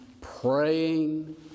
praying